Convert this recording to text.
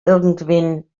irgendwem